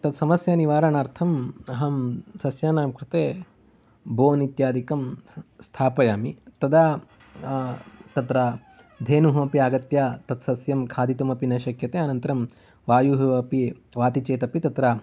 तद् समस्या निवारणार्थम् अहं सस्यानां कृते बोर्न् इत्यादिकं स्थापयामि तदा तत्र धेनुः अपि आगत्य तत् शस्यं खादितुम् अपि न शक्यन्ते अनन्तरं वायुः अपि वाति चेत् अपि तत्र